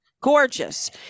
gorgeous